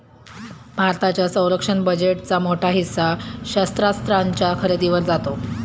भारताच्या संरक्षण बजेटचा मोठा हिस्सा शस्त्रास्त्रांच्या खरेदीवर जातो